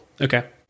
okay